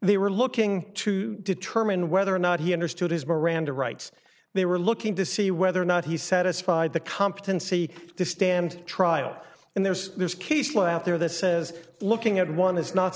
and they were looking to determine whether or not he understood his miranda rights they were looking to see whether or not he's satisfied the competency to stand trial and there's there's case law out there that says looking at one is not